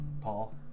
Paul